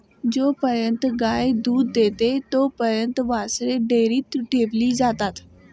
जोपर्यंत गाय दूध देते तोपर्यंत वासरे डेअरीत ठेवली जातात